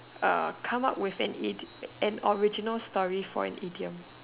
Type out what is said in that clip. uh come up with an original story for an idiom